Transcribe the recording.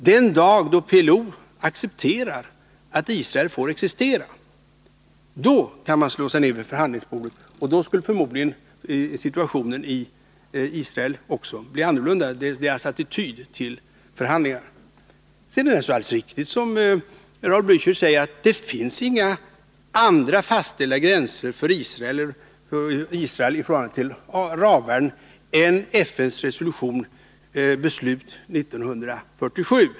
Den dag då PLO accepterar att Israel får existera, då kan man slå sig ned vid förhandlingsbordet. Och då skulle förmodligen också Israels attityd till förhandlingarna bli annorlunda. Sedan är det naturligtvis alldeles riktigt som Raul Blächer säger, att det inte finns några andra fastställda gränser för Israel i förhållande till arabvärlden än vad som angivits i FN:s resolution 1947.